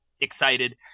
excited